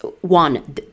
one